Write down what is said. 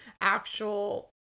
actual